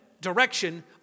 direction